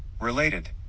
Related